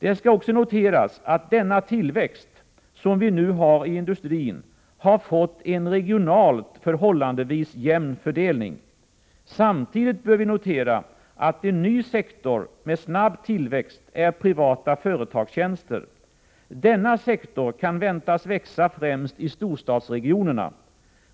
Det skall också noteras, att denna tillväxt som vi nu har i industrin har fått en regionalt förhållandevis jämn fördelning. Samtidigt bör vi notera, att en ny sektor med snabb tillväxt är privata företagstjänster. Denna sektor kan väntas växa främst i storstadsregionerna.